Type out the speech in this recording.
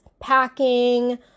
packing